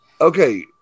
Okay